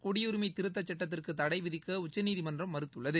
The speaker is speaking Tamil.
குடியுரிமை திருத்த சட்டத்திற்கு தடை விதிக்க உச்சநீதிமன்றம் மறுத்துள்ளது